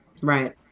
Right